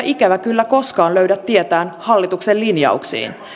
ikävä kyllä koskaan löydä tietään hallituksen linjauksiin